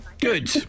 Good